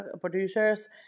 producers